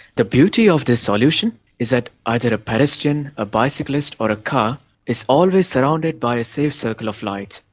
the beauty of this solution is that either a pedestrian, a bicyclist or a car is always surrounded by a safe circle of light.